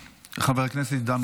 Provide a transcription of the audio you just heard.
הודעה למזכירות הכנסת.